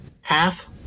half